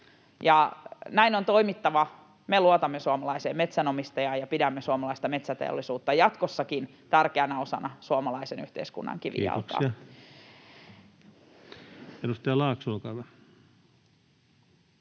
näin on toimittava. Me luotamme suomalaiseen metsänomistajaan ja pidämme suomalaista metsäteollisuutta jatkossakin tärkeänä osana suomalaisen yhteiskunnan kivijalkaa. Mikrofoni. Kiitoksia. — Edustaja Laakso, olkaa hyvä.